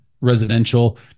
residential